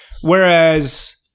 whereas